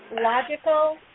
logical